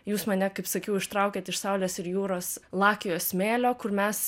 jūs mane kaip sakiau ištraukėt iš saulės ir jūros lakiojo smėlio kur mes